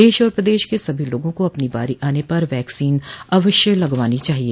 देश और प्रदेश के सभी लोगों को अपनी बारी आने पर वैक्सीन अवश्य लगवानी चाहिए